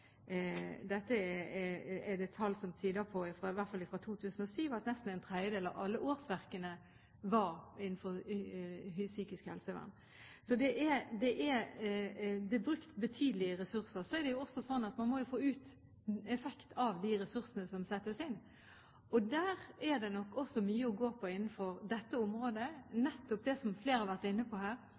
er det tall som tyder på – i hvert fall fra 2007 – at nesten ⅓ av alle årsverkene var innenfor psykisk helsevern. Så det er brukt betydelige ressurser. Så er det jo også sånn at man må få effekt av de ressursene som settes inn, og der er det nok mye å gå på innenfor dette området. Flere har her nettopp vært inne på